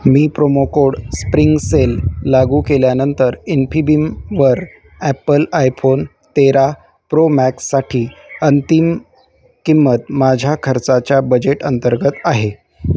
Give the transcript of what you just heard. मी promo code spring sale लागू केल्यानंतर इन्फिबिमवर ॲपल आयफोन तेरा प्रो मॅक्ससाठी अंंतिम किंमत माझ्या खर्चाच्या बजेट अंतर्गत आहे